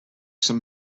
some